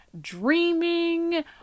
dreaming